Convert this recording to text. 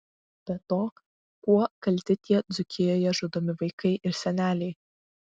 be to kuo kalti tie dzūkijoje žudomi vaikai ir seneliai